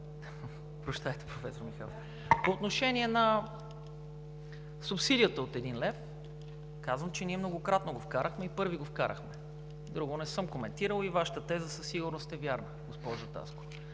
Аз ще спомена само по отношение на субсидията от един лев. Казвам, че ние многократно го вкарахме и първи го вкарахме, друго не съм коментирал, и Вашата теза със сигурност е вярна, госпожо Таскова.